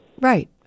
Right